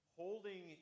holding